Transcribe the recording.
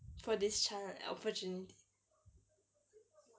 for this chance opportunity